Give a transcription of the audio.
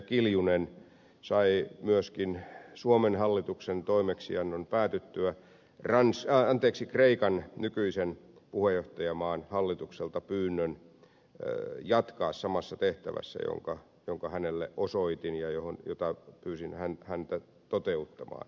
kiljunen sai myöskin suomen hallituksen toimeksiannon päätyttyä kreikan nykyisen puheenjohtajamaan hallitukselta pyynnön jatkaa samassa tehtävässä jonka hänelle osoitin ja jota pyysin häntä toteuttamaan